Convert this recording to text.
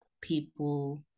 people